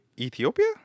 Ethiopia